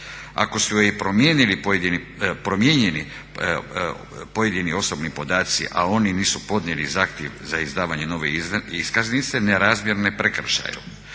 ako su promijenjeni pojedini osobni podaci, a oni nisu podnijeli zahtjev za izdavanje nove iskaznice, nerazmjerne prekršaju.